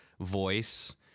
voice